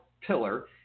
pillar